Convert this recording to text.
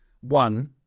one